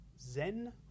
Zen